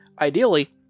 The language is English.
Ideally